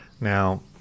Now